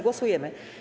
Głosujemy.